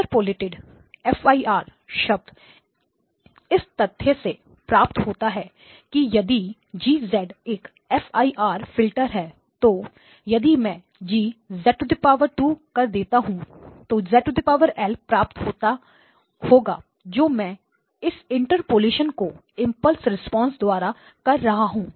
interpolated fir शब्द इस तथ्य से प्राप्त होता है कि यदि G एक FIR फिल्टर है तो यदि मैं G करता हूं तो Zl प्राप्त होगा जो मैं इस इंटरपोलेशन को इंपल्स रिस्पांस द्वारा कर रहा हूं